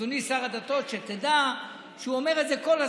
אדוני שר הדתות, שתדע שהוא אומר את זה כל הזמן.